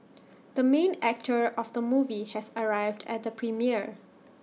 the main actor of the movie has arrived at the premiere